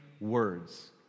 words